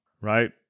Right